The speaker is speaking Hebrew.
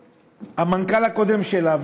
המנכ"ל הקודם שלה,